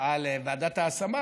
ועדת השמה